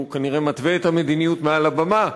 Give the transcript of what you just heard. שהוא כנראה מתווה את המדיניות מעל הבמה,